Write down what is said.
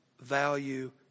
value